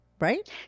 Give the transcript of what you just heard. right